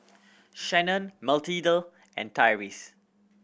Shannon Mathilde and Tyreese